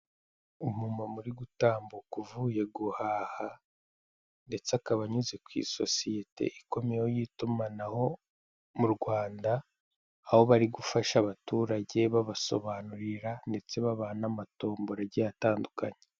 Umumama uri gutambuka uvuye guhaha ndetse akaba anyuze ku isosiyete y'itumanaho mu Rwanda; aho bari gufasha abaturage babasobanurira, ndetse babaha n'amatombora agiye atandukanye.